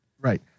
Right